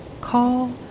Call